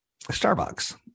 starbucks